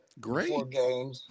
Great